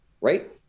right